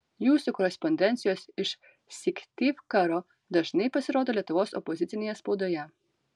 jūsų korespondencijos iš syktyvkaro dažnai pasirodo lietuvos opozicinėje spaudoje